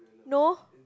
no